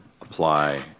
apply